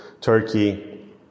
Turkey